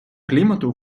клімату